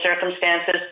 circumstances